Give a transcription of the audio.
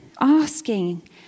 asking